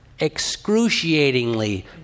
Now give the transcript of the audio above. Excruciatingly